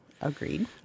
Agreed